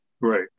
Right